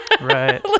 Right